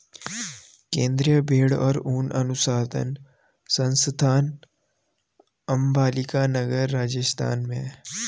केन्द्रीय भेंड़ और ऊन अनुसंधान संस्थान अम्बिका नगर, राजस्थान में है